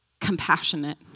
compassionate